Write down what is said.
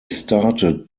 started